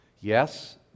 yes